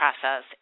process